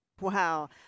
Wow